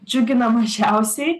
džiugina mažiausiai